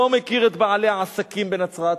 לא מכיר את בעלי העסקים בנצרת,